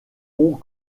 ont